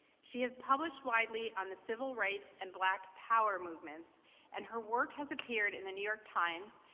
she is published widely on the civil rights and black power movements and her work has appeared in the new york times,